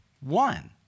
one